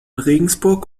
regensburg